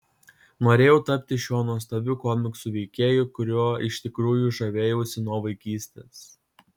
norėjau tapti šiuo nuostabiu komiksų veikėju kuriuo iš tikrųjų žavėjausi nuo vaikystės